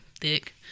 thick